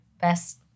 best